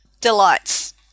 delights